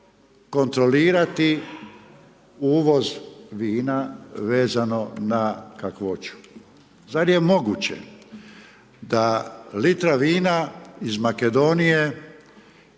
kontrolirati uvoz vina vezano na kakvoću. Zar je moguće da litra vina iz Makedonije